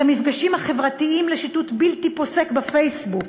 את המפגשים החברתיים, לשיטוט בלתי פוסק בפייסבוק.